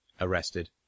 arrested